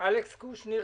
אלכס קושניר,